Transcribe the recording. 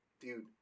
Dude